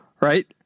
right